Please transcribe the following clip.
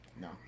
no